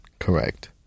Correct